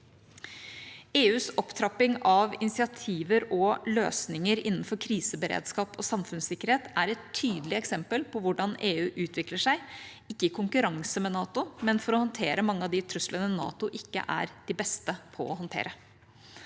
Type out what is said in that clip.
EUs opptrapping av initiativer og løsninger innenfor kriseberedskap og samfunnssikkerhet er et tydelig eksempel på hvordan EU utvikler seg, ikke i konkurranse med NATO, men for å håndtere mange av de truslene NATO ikke er de beste på å håndtere.